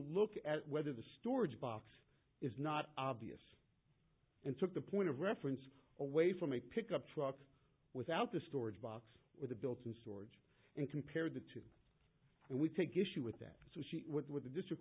look at whether the storage box is not obvious and took the point of reference away from a pickup truck without the storage box with a built in storage and compare the two and we take issue with that so she would with th